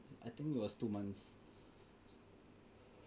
I think it was two months